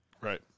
Right